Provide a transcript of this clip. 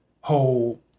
whole